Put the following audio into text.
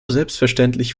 selbstverständlich